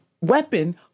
weapon